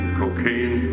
cocaine